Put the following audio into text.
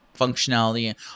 functionality